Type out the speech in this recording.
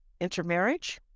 intermarriage